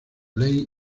ley